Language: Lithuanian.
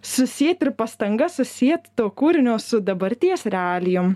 susiet ir pastanga susiet to kūrinio su dabarties realijom